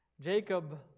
Jacob